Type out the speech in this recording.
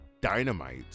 Dynamite